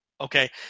okay